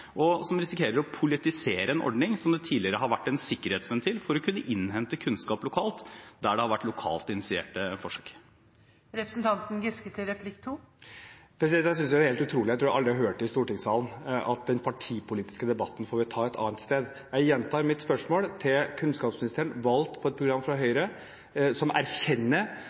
og som risikerer å politisere en ordning som tidligere har vært en sikkerhetsventil for å kunne innhente kunnskap lokalt, der det har vært lokalt initierte forsøk. Jeg synes det er helt utrolig, og jeg tror aldri jeg har hørt det i stortingssalen, at vi får ta «de partipolitiske debattene andre steder». Jeg gjentar mitt spørsmål til kunnskapsministeren – valgt på et program fra Høyre – som erkjenner